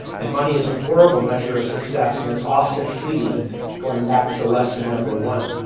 and money is a horrible measure of success, and it's often fleeting going back to lesson number one.